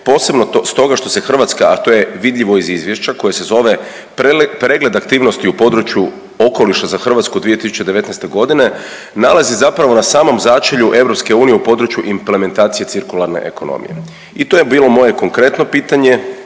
posebno stoga što se Hrvatska, a to je vidljivo iz izvješća koje se zove Pregled aktivnosti u području okoliša za Hrvatsku 2019. godine, nalazi zapravo na samom začelju EU u području implementacije cirkularne ekonomije. I to je bilo moje konkretno pitanje